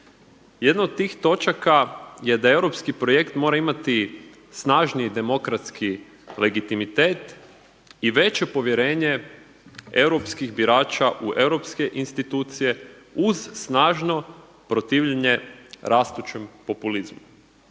Jedna od tih točaka je da europski projekt mora imati snažniji demokratski legitimitet i veće povjerenje europskih birača u europske institucije uz snažno protivljenje rastućem populizmu.